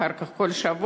אחר כך כל שבוע,